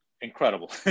incredible